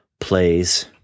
plays